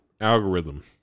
algorithm